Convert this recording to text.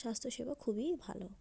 স্বাস্থ্যসেবা খুবই ভালো